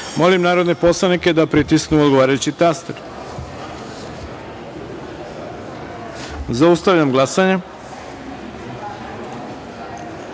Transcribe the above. narodne poslanike da pritisnu odgovarajući taster. Zaustavljam glasanje: